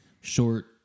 short